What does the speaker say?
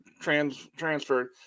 transferred